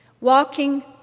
walking